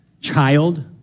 child